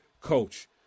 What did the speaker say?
coach